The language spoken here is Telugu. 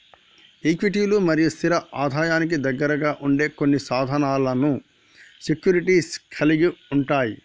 ఈక్విటీలు మరియు స్థిర ఆదాయానికి దగ్గరగా ఉండే కొన్ని సాధనాలను సెక్యూరిటీస్ కలిగి ఉంటయ్